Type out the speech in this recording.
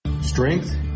Strength